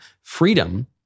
Freedom